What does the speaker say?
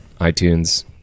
iTunes